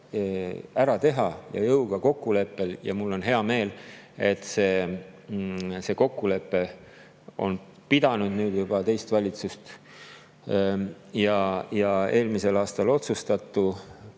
ära teha ja jõuda kokkuleppele. Mul on hea meel, et see kokkulepe on pidanud juba teist valitsust ja et eelmisel aastal otsustatu